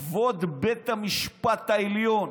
"כבוד בית המשפט העליון".